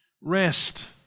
Rest